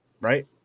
Right